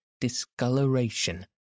discoloration